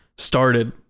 started